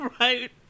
Right